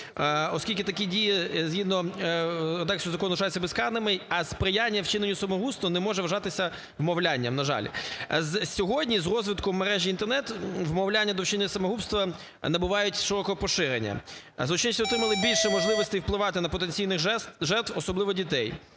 оскільки такі дії, згідно тексту закону, залишаються безкарними, а сприяння вчиненню самогубства не може вважатися вмовлянням, на жаль. Сьогодні з розвитком мережі Інтернет вмовляння до вчинення самогубства набувають широкого поширення. Злочинці отримали більше можливостей впливати на потенційних жертв, особливо дітей,